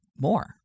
more